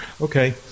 okay